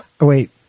Wait